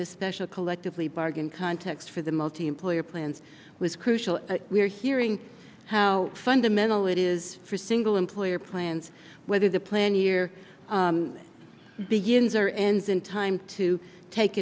the special collectively bargained context for the multiemployer plans was crucial we're hearing how fundamental it is for single employer plans whether the plan year begins or ends in time to take